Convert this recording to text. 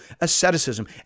asceticism